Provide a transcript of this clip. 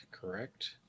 correct